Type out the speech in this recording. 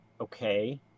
Okay